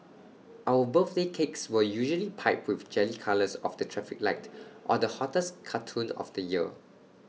our birthday cakes were usually piped with jelly colours of the traffic light or the hottest cartoon of the year